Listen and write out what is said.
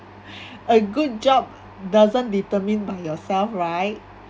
a good job doesn't determine by yourself right